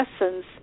lessons